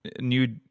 new